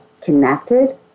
connected